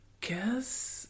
guess